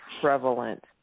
prevalent